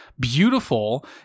beautiful